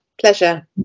pleasure